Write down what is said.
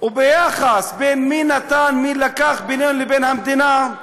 וביחס בין מי נתן ומי לקח בינינו לבין המדינה,